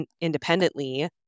independently